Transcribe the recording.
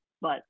but-